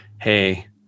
Hey